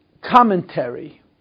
commentary